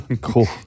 Cool